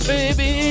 Baby